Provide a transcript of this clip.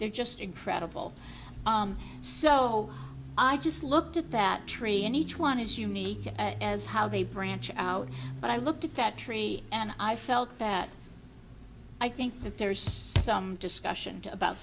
they're just incredible so i just looked at that tree and each one is unique as a branch but i looked at that tree and i felt that i think that there's some discussion about